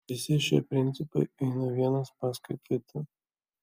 visi šie principai eina vienas paskui kitą